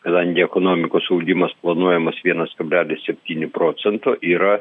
kadangi ekonomikos augimas planuojamas vienas kablelis septyni procento yra